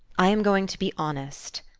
i am going to be honest.